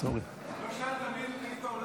לא שמעתי.